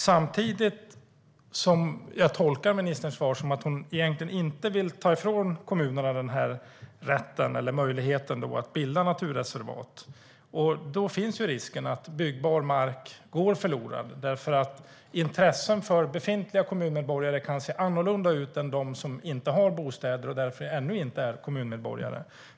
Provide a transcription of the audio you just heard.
Samtidigt tolkar jag ministerns svar som att hon egentligen inte vill ta ifrån kommunerna den här rätten eller möjligheten att bilda naturreservat, och då finns ju risken att byggbar mark går förlorad. Befintliga kommunmedborgares intressen kan nämligen se annorlunda ut än intressena hos dem som inte har bostäder och därför ännu inte är kommunmedborgare.